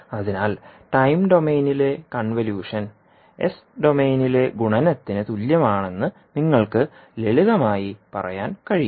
അതിനാൽ ടൈം ഡൊമെയ്നിലെ convolution S ഡൊമെയ്നിലെ ഗുണനത്തിന് തുല്യമാണെന്ന് നിങ്ങൾക്ക് ലളിതമായി പറയാൻ കഴിയും